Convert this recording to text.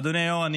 אדוני היו"ר,